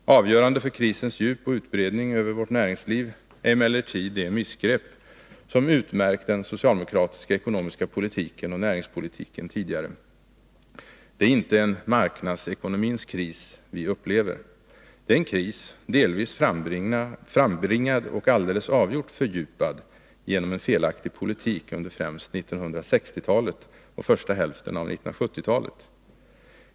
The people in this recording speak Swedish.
Avgörande för krisens djup och dess utbredning över vårt näringsliv är emellertid de missgrepp som varit utmärkande för socialdemokraternas ekonomiska politik och näringspolitik tidigare. Det är inte en marknadsekonomins kris vi nu upplever. Det är en kris som delvis är frambringad och alldeles avgjort är fördjupad genom en felaktig politik under främst 1960-talet och första hälften av 1970-talet.